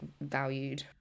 valued